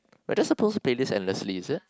we're just supposed to play this endlessly is it